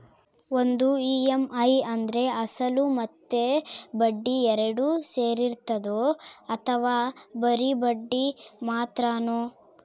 ಒಂದು ಇ.ಎಮ್.ಐ ಅಂದ್ರೆ ಅಸಲು ಮತ್ತೆ ಬಡ್ಡಿ ಎರಡು ಸೇರಿರ್ತದೋ ಅಥವಾ ಬರಿ ಬಡ್ಡಿ ಮಾತ್ರನೋ?